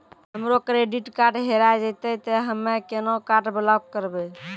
हमरो credit card हेरा जेतै ते हम्मय केना कार्ड ब्लॉक करबै?